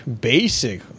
basic